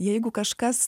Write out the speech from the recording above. jeigu kažkas